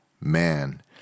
man